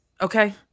okay